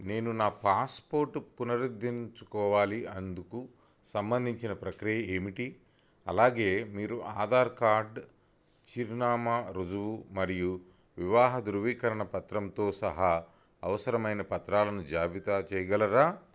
నేను నా పాస్పోర్ట్ పునరుద్ధరించుకోవాలి అందుకు సంబంధించిన ప్రక్రియ ఏమిటి అలాగే మీరు ఆధార్ కార్డ్ చిరునామా రుజువు మరియు వివాహ ధృవీకరణ పత్రంతో సహా అవసరమైన పత్రాలను జాబితా చేయగలరా